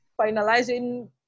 finalizing